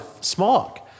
smog